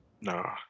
No